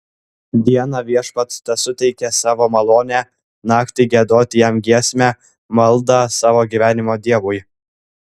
dieną viešpats tesuteikia savo malonę naktį giedoti jam giesmę maldą savo gyvenimo dievui